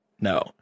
no